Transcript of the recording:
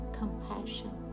compassion